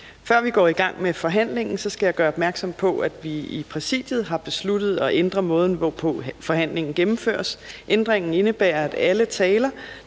Før vi går i gang med forhandlingen, skal jeg gøre opmærksom på, at vi i Præsidiet har besluttet at ændre måden, hvorpå forhandlingen gennemføres. Ændringen indebærer, at alle taler